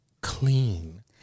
clean